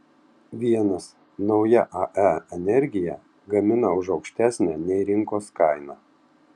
vienas nauja ae energiją gamina už aukštesnę nei rinkos kaina